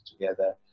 together